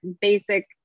basic